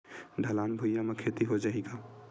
ढलान भुइयां म खेती हो जाही का?